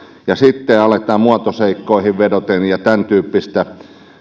ja sitten aletaan muotoseikkoihin vedoten tämäntyyppistä